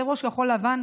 יושב-ראש כחול לבן,